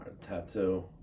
tattoo